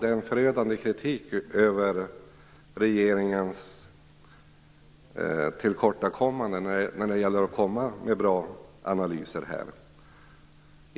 Det är en förödande kritik av regeringens tillkortakommanden när det gäller att komma med bra analyser på det här området.